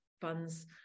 funds